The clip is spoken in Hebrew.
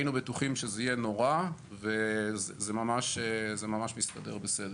היינו בטוחים שזה יהיה נורא, וזה ממש מסתדר בסדר.